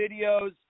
videos